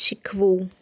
શીખવું